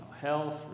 health